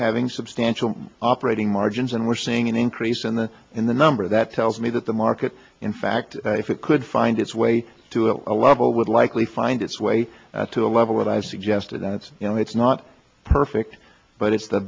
having substantial operating margins and we're seeing an increase in the in the number that tells me that the market in fact if it could find its way to a level would likely find its way to a level that i've suggested and it's you know it's not perfect but it's the